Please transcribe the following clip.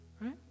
right